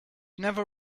never